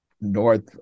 North